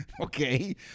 okay